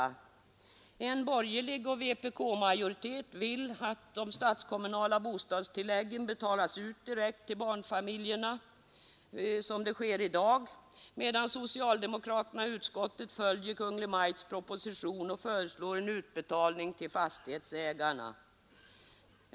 En majoritet av borgerliga ledamöter och vpk-ledamöter vill att de statskommunala bostadstilläggen betalas ut direkt till barnfamiljerna — som sker i dag — medan socialdemokraterna i utskottet följer Kungl. Maj:ts proposition och föreslår en utbetalning till fastighetsägarna.